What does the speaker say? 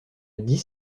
dix